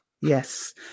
Yes